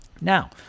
Now